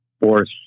force